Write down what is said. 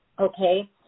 Okay